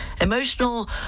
emotional